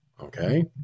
Okay